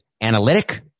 analytic